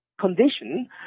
condition